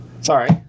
Sorry